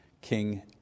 King